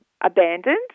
abandoned